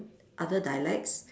other dialects